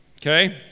okay